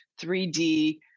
3D